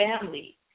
family